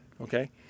Okay